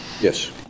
Yes